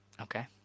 okay